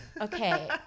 Okay